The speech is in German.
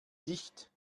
dicht